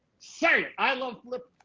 so i love flipper!